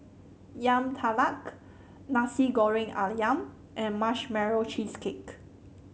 Yam Talam Nasi Goreng ayam and Marshmallow Cheesecake